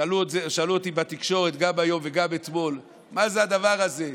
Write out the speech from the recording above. שאלו אותי בתקשורת גם היום וגם אתמול: מה זה הדבר הזה?